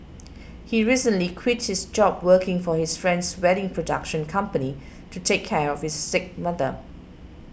he recently quit his job working for his friend's wedding production company to take care of his sick mother